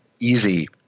easy